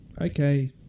okay